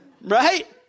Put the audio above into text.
right